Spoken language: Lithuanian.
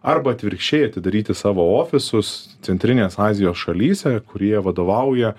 arba atvirkščiai atidaryti savo ofisus centrinės azijos šalyse kur jie vadovauja